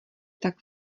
tak